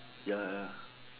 ya ya